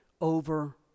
over